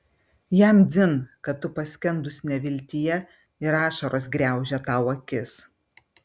jam dzin kad tu paskendus neviltyje ir ašaros griaužia tau akis